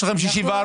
יש לכם 64 מנדטים.